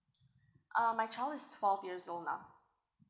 uh my child is twelve years old now